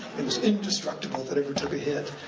it was indestructible if it ever took a hit.